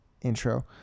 intro